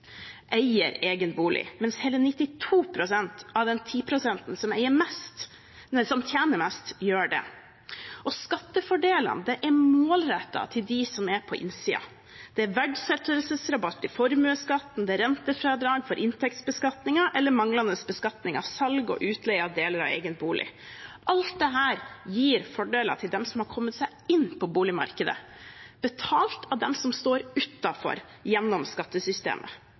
eier egen bolig, mens hele 92 pst. av den 10-prosenten som tjener mest, gjør det. Skattefordelene er målrettet til dem som er på innsiden. Det er verdsettelsesrabatt i formuesskatten, det er rentefradrag for inntektsbeskatningen eller manglende beskatning av salg og utleie av deler av egen bolig. Alt dette gir fordeler til dem som har kommet seg inn på boligmarkedet – betalt av dem som står utenfor, gjennom skattesystemet.